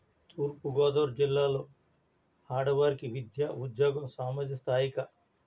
తూర్పుగోదావరి జిల్లాలో ఆడవారికి విద్యా ఉద్యోగ సామాజిక స్థాయిక